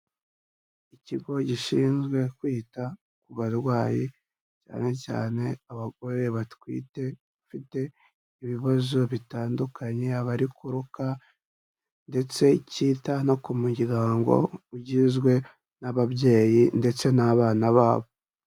Ikigo gishinzwe kwita ku barwayi cyane cyane abagore batwite bafite ibibazo bitandukanye abari kuruka ndetse cyita no ku muryango ugizwe n'ababyeyi ndetse n'abana babo.